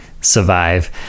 survive